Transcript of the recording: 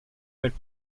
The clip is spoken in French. belle